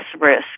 risk